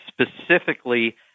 specifically